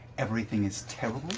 everything is terrible!